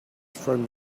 from